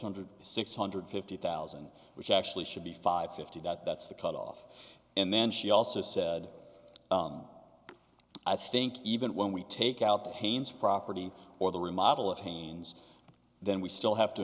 hundred six hundred fifty thousand which actually should be five fifty that's the cut off and then she also said i think even when we take out the chains property or the remodel of chains then we still have to